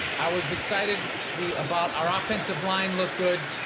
i was excited the, about our offensive line looked good.